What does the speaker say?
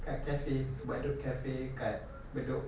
dekat cafe bedok cafe dekat bedok